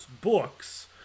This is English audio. books